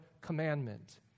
commandment